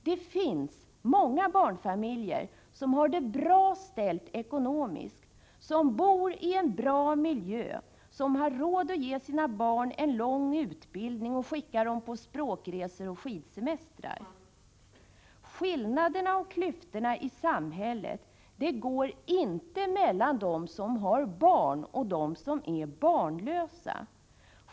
Det finns många barnfamiljer som har det bra ställt — barnfamiljer som bor i en god miljö, som har råd att ge sina barn en lång utbildning och att skicka dem på språkresor och skidsemestrar. Skillnaderna och klyftorna i samhället går inte mellan dem som har barn och dem som inte har barn.